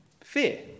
fear